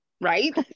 right